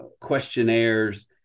questionnaires